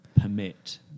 permit